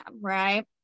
Right